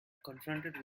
confronted